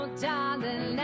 darling